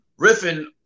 riffing